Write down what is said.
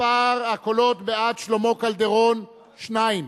מספר הקולות בעד שלמה קלדרון, 2,